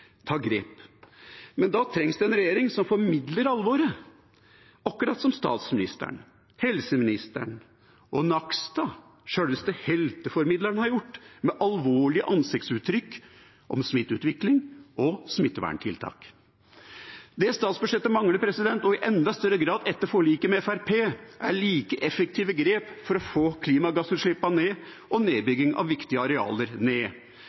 ta grep. Men da trengs det en regjering som formidler alvoret, akkurat som statsministeren og helseministeren – og Nakstad, sjølveste helteformidleren – har gjort, med alvorlige ansiktsuttrykk om smitteutvikling og smitteverntiltak. Det statsbudsjettet mangler, og i enda større grad etter forliket med Fremskrittspartiet, er like effektive grep som vi har fått til med koronaviruspandemien, for å få ned klimagassutslippene og